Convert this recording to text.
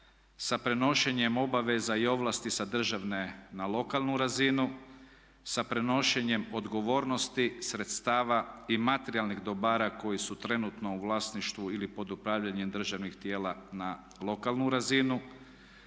sa prenošenjem obaveza i ovlasti sa državne na lokalnu razinu, sa prenošenjem odgovornosti sredstava i materijalnih dobara koji su trenutno u vlasništvu ili pod upravljanjem državnih tijela na lokalnu razinu.